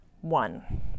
one